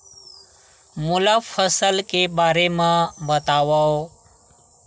मोला फसल के बारे म बतावव?